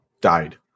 died